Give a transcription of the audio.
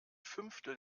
fünftel